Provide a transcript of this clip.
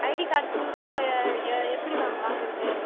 ID card புதுசா எ எப்படி மேம் வாங்கறது